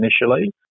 initially